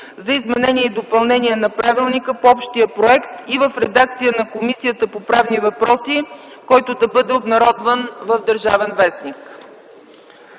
за изменение и допълнение на Правилника по общия проект и в редакция на Комисията по правни въпроси, който да бъде обнародван в „ Държавен вестник